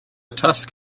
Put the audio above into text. tusk